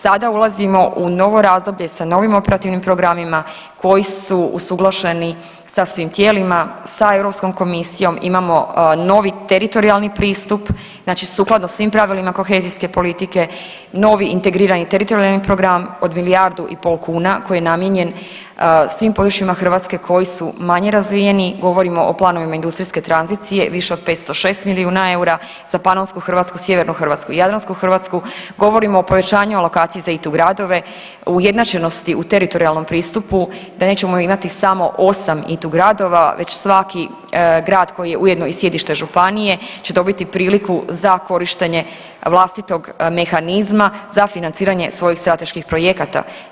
Sada ulazimo u novo razdoblje sa novim operativnim programima koji su usuglašeni sa svim tijelima, sa Europskom komisijom imamo novi teritorijalni pristup, znači sukladno svim pravilima kohezijske politike, novi integrirani teritorijalni program od milijardu i pol kuna koji je namijenjen svim područjima Hrvatske koji su manje razvijeni, govorimo o planovima industrijske tranzicije više od 506 milijuna eura, za Panonsku Hrvatsku, Sjevernu Hrvatsku i Jadransku Hrvatsku, govorimo o povećanju alokacije za ITU gradove, ujednačenosti u teritorijalnom pristupu da nećemo imati samo osam ITU gradova već svaki grad koji je ujedno i sjedište županije će dobiti priliku za korištenje vlastitog mehanizma za financiranje svojih strateških projekata.